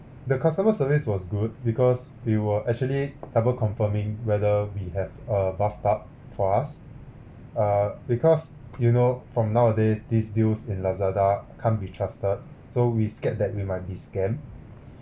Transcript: the customer service was good because they were actually double confirming whether we have a bathtub for us err because you know from nowadays these deals in Lazada can't be trusted so we scared that we might be scammed